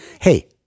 hey